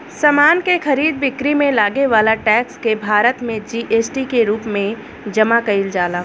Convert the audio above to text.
समान के खरीद बिक्री में लागे वाला टैक्स के भारत में जी.एस.टी के रूप में जमा कईल जाला